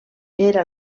era